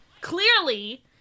Clearly